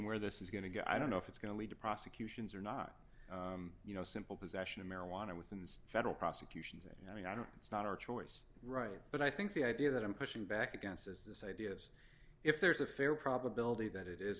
where this is going to go i don't know if it's going to lead to prosecutions or not you know simple possession of marijuana within the federal prosecutions that you know i mean i don't start choice right but i think the idea that i'm pushing back against is this idea is if there's a fair probability that it is